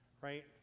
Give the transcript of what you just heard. Right